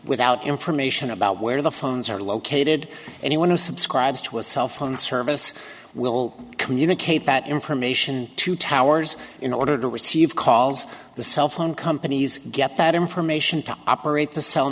without information about where the phones are located anyone who subscribes to a cell phone service will communicate that information to towers in order to receive calls the cell phone companies get that information to operate the cell